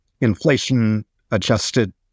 inflation-adjusted